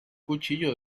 cuchillo